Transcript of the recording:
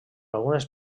algunes